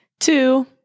Two